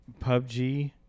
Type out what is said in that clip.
PUBG